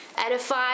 edify